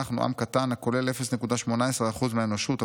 אנחנו עם קטן הכולל 0.18% מהאנושות,